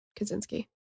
Kaczynski